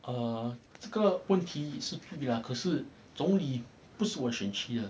err 这个问题是对啦可是总理不是我的选区的